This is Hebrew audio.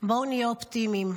בואו נהיה אופטימיים.